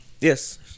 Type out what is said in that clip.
Yes